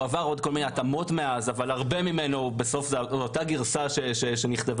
הוא עבר עוד התאמות מאז אבל מתבסס על הגרסה המקורית